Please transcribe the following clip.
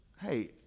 hey